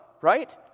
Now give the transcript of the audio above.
right